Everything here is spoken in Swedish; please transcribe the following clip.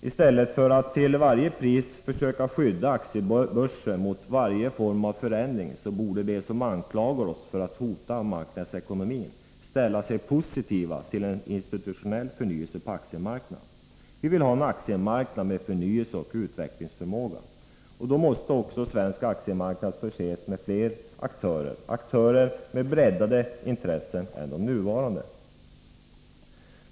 Istället för att till varje pris försöka skydda aktiebörsen mot alla former av förändringar borde de som anklagar oss för att hota marknadsekonomin ställa sig positiva till en institutionell förnyelse på aktiemarknaden. Vi vill ha en aktiemarknad med förnyelse och utvecklingsförmåga. Då måste också svensk aktiemarknad förses med fler aktörer, aktörer med bredare intressen än de nuvarande.